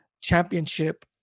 championship